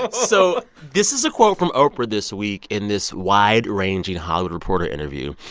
so this is a quote from oprah this week in this wide-ranging hollywood reporter interview.